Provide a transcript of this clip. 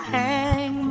hang